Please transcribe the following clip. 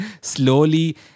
slowly